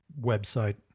website